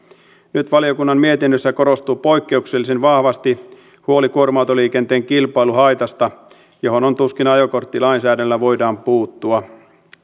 nyt valiokunnan mietinnössä korostuu poikkeuksellisen vahvasti huoli kuorma autoliikenteen kilpailuhaitasta johon tuskin ajokorttilainsäädännöllä voidaan puuttua